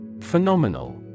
Phenomenal